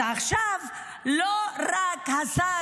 אז עכשיו לא רק השר,